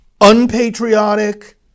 unpatriotic